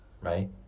Right